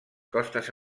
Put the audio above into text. costes